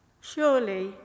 Surely